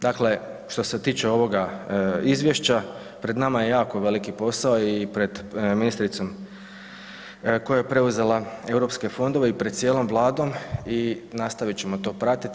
Dakle što se tiče ovoga izvješća pred nama je jako veliki posao i pred ministricom koja je preuzela europske fondove i pred cijelom Vladom i nastavit ćemo to pratiti.